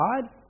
God